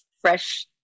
fresh